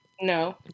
No